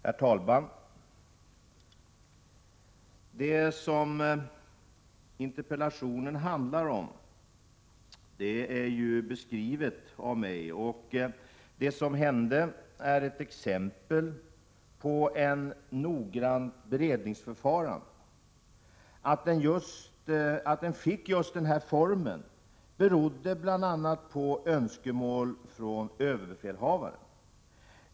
Herr talman! Det som interpellationen handlar om har jag ju beskrivit, och det som hände är ett exempel på ett noggrant beredningsförfarande. Att det hela fick just denna form berodde bl.a. på önskemål från överbefälhavaren.